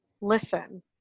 listen